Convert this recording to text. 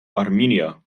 armenia